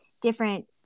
different